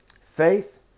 faith